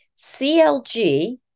CLG